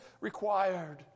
required